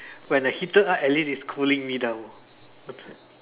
when the heated up at least it's cooling me down